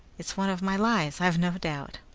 it's one of my lies, i've no doubt.